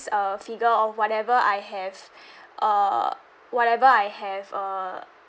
uh figure of whatever I have uh whatever I have uh